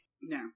No